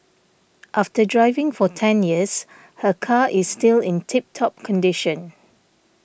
after driving for ten years her car is still in tip top condition